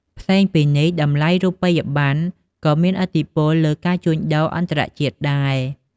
ផ្សេងពីនេះតម្លៃរូបិយប័ណ្ណ ក៏មានឥទ្ធិពលលើការជួញដូរអន្តរជាតិដែរ។